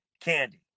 candy